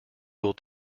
will